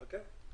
חכה.